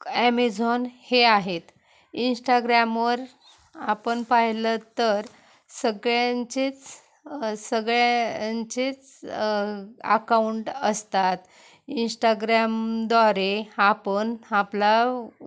Amazon हे आहेत इंस्टाग्रॅमवर आपण पाहिलं तर सगळ्यांचेच सगळ्यांचेच अकाऊंट असतात इंस्टाग्रॅमद्वारे आपण आपला